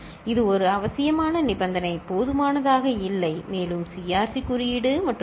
இது ஒரு அவசியமான நிபந்தனை போதுமானதாக இல்லை மேலும் CRC குறியீடு மற்றும் எல்